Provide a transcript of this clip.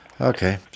Okay